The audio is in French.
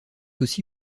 aussi